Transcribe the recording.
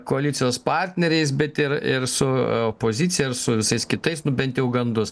koalicijos partneriais bet ir ir su opozicija ir su visais kitais nu bent jau gandus